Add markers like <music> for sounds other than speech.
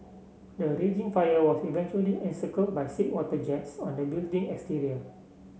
the raging fire was eventually encircle by <unintelligible> water jets on the building exterior